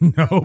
no